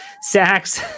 sacks